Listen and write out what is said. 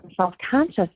self-conscious